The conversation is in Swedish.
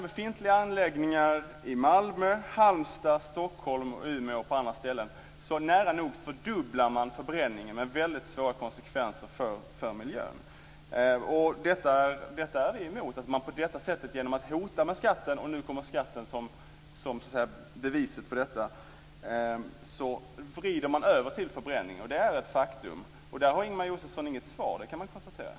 Befintliga anläggningar i Malmö, Halmstad, Stockholm, Umeå och på andra ställen fördubblar nära nog förbränningen, med svåra konsekvenser för miljön. Det är vi emot. Genom att hota med skatten vrider man över till förbränning. Det är ett faktum. Där kan man konstatera att Ingemar Josefsson inte har något svar.